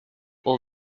all